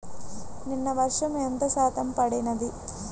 నిన్న వర్షము ఎంత శాతము పడినది?